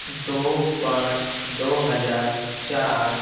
دو پانچ دو ہزار چار